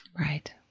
Right